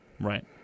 Right